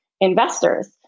investors